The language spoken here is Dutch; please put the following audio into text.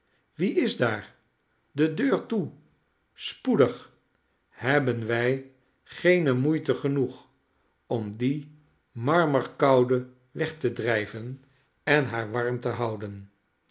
wie is daar de deur toe spoedig hebben wij geene moeite genoeg om die marmerkoude weg te drijven en haar warm te houden